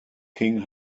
king